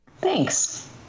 thanks